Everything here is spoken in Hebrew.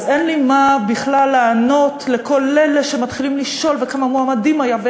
אז אין לי מה בכלל לענות לכל אלה שמתחילים לשאול: וכמה מועמדים היו?